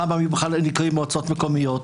פעם הם היו נקראים מועצות מקומיות.